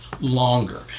longer